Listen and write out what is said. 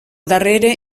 darrere